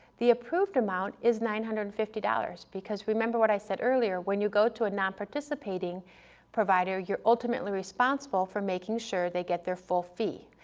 the approved amount is nine hundred and fifty dollars because remember what i said earlier, when you go to a nonparticipating provider, you're ultimately responsible for making sure they get their full fee.